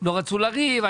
לא רצו לריב,